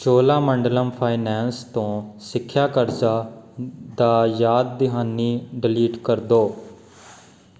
Cholamandalam finance ਤੋਂ ਸਿੱਖਿਆ ਕਰਜ਼ਾ ਦਾ ਯਾਦ ਦਹਾਨੀ ਡਿਲੀਟ ਕਰ ਦਿਉ